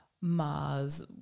Mars